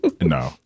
No